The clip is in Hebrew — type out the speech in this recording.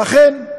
ואכן,